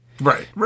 Right